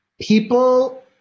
people